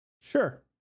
sure